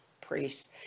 priests